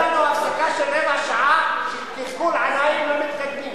תהיה לנו הפסקה של רבע שעה של גלגול עיניים למתקדמים.